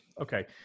Okay